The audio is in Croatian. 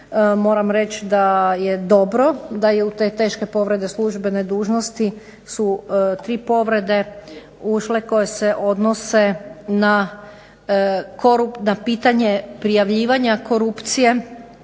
Moram reći da je dobro, da je u te teške povrede službene dužnosti su tri povrede ušle koje se odnose na pitanje prijavljivanja korupcije